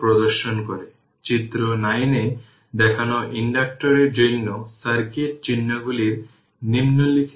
সুতরাং চিত্র 22 এ আমি যা বলেছি তাকে বলা হয় উইন্ডিং রেজিস্ট্যান্স এবং ক্যাপাসিট্যান্স Cw কে উইন্ডিং ক্যাপাসিট্যান্স বলা হয়